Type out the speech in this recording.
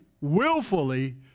willfully